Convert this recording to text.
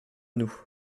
nous